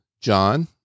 john